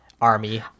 army